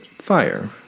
fire